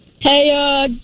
Hey